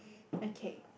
okay